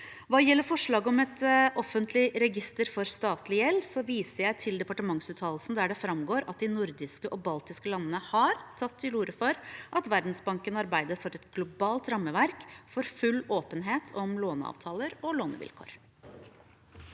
Hva gjelder forslaget om et offentlig register for statlig gjeld, viser jeg til departementsuttalelsen, der det framgår at de nordiske og baltiske landene har tatt til orde for at Verdensbanken arbeider for et globalt rammeverk for full åpenhet om låneavtaler og lånevilkår.